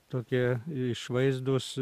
tokie išvaizdūs